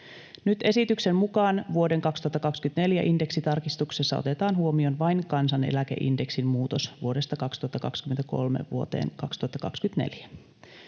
Nyt esityksen mukaan vuoden 2024 indeksitarkistuksessa otetaan huomioon vain kansaneläkeindeksin muutos vuodesta 2023 vuoteen 2024.